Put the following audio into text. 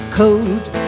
code